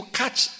catch